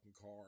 car